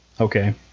Okay